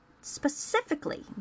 specifically